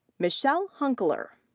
michelle hunkeler.